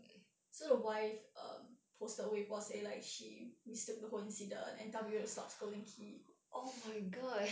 so the wife um posted 微博 say like she mistook the whole incident and tell people to stop scolding kee